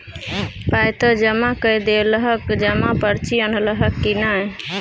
पाय त जमा कए देलहक जमा पर्ची अनलहक की नै